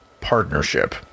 partnership